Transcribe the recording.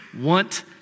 want